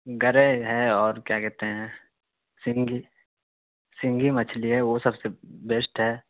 گرے ہے اور کیا کہتے ہیں سینگھی سینگھی مچھلی ہے وہ سب سے بیسٹ ہے